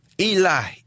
Eli